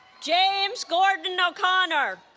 james gordon o'connor